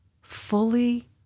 fully